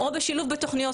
או בשילוב בתוכניות